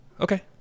Okay